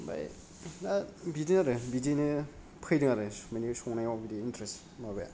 ओमफाय बिदिनो आरो बिदिनो फैदों आरो मानि संनायाव बिदि एनट्रेस्ट माबाया